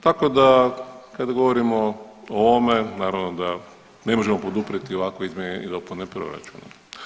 Tako da kad govorimo o ovome naravno da ne možemo poduprijeti ovakve izmjene i dopune proračuna.